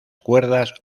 cuerdas